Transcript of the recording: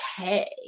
okay